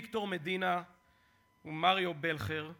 ויקטור מדינה ומריו בלכר לתפקיד,